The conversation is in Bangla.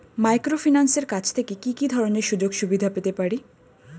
মাইক্রোফিন্যান্সের কাছ থেকে কি কি ধরনের সুযোগসুবিধা পেতে পারি?